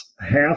half